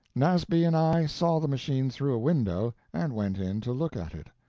nasby and i saw the machine through a window, and went in to look at it.